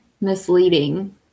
misleading